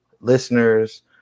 listeners